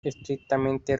estrictamente